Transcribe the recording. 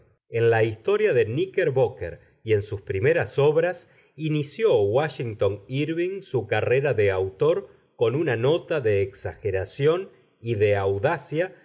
en la historia de kníckerbocker y en sus primeras obras inició wáshington írving su carrera de autor con una nota de exageración y de audacia